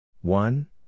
one